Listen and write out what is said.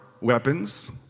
weapons